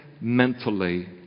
mentally